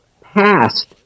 passed